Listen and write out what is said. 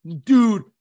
dude